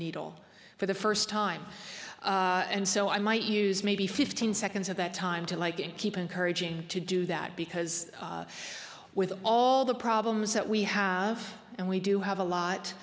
needle for the first time and so i might use maybe fifteen seconds of that time to like and keep encouraging to do that because with all the problems that we have and we do have a lot